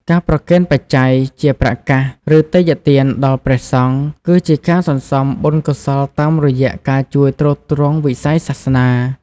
ការប្រគេនបច្ច័យ ជាប្រាក់កាស ឬទេយ្យទានដល់ព្រះសង្ឃ គឺជាការសន្សំបុណ្យកុសលតាមរយៈការជួយទ្រទ្រង់វិស័យសាសនា។